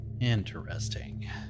Interesting